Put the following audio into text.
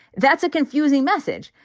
that's a confusing message.